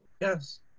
Yes